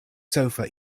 sofa